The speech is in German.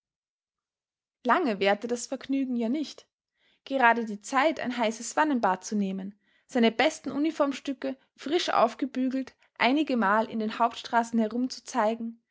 lange währte das vergnügen ja nicht gerade die zeit ein heißes wannenbad zu nehmen seine besten uniformstücke frisch aufgebügelt einigemal in den hauptstraßen herumzuzeigen